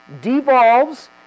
devolves